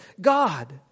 God